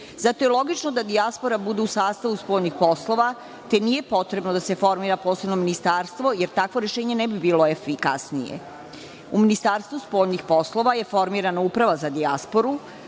Zato je logično da dijaspora bude u sastavu spoljnih poslova, te nije potrebno da se formira posebno ministarstvo, jer takvo rešenje ne bi bilo efikasnije.U Ministarstvu spoljnih poslova je formirana Uprava za dijasporu,